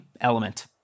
Element